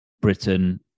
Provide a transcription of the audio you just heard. britain